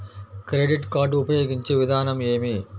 Credit card ఉపయోగించే విధానం ఏమి?